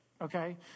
okay